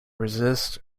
resist